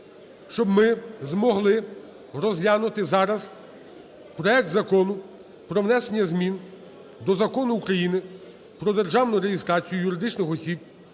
Щоб ми змогли розглянути зараз проект Закону про внесення змін до Закону України "Про державну реєстрацію юридичних осіб,